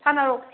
hello